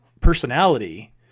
personality